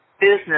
business